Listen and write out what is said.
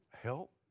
help